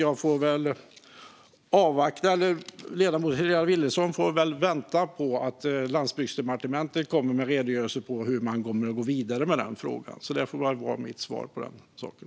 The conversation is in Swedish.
Jag får väl säga till ledamoten Helena Vilhelmsson att hon får vänta på att Landsbygds och infrastrukturdepartementet kommer med en redogörelse för hur man kommer att gå vidare med frågan. Det får vara mitt svar på den saken.